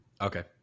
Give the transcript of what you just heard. Okay